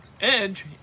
Edge